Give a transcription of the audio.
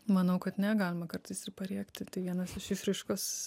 manau kad ne galima kartais ir parėkti tai vienas iš išraiškos